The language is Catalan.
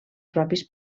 propis